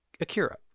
Akira